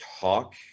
talk